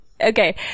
Okay